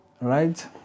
Right